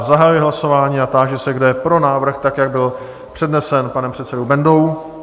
Zahajuji hlasování a táži se, kdo je pro návrh, tak jak byl přednesen panem předsedou Bendou?